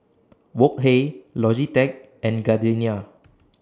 Wok Hey Logitech and Gardenia